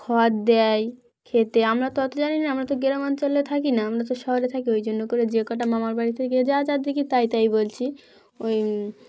খাদ দেয় খেতে আমরা তো অত জানি না আমরা তো গ্রামাঞ্চলে থাকি না আমরা তো শহরে থাকি ওই জন্য করে যে কটা মামার বাড়িতে থেকে যা যা দেখি তাই তাই বলছি ওই